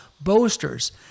boasters